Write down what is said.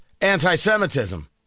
anti-Semitism